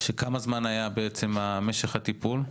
כמה זמן היה משך הטיפול?